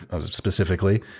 specifically